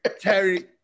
Terry